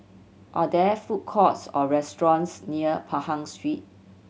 are there food courts or restaurants near Pahang Street